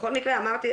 בכל מקרה אמרתי,